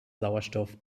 sauerstoff